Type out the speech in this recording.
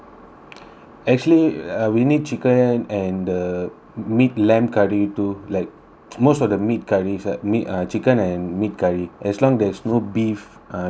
actually uh we need chicken and the meat lamb curry too like most of the meat curries ah meat uh chicken and meat curries as long there's no beef uh should be fine